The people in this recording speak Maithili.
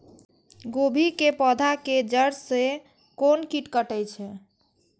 गोभी के पोधा के जड़ से कोन कीट कटे छे?